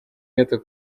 gato